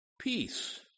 Peace